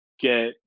get